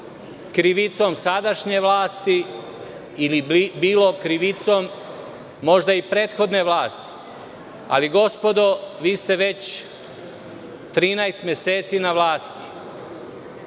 krivicom sadašnje vlasti, bilo krivicom možda i prethodne vlasti. Ali, gospodo, vi ste već 13 meseci na